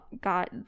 got